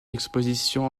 expositions